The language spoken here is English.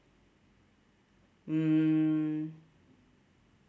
mm